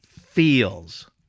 feels